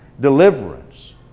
deliverance